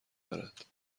دارد